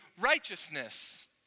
righteousness